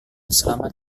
selamat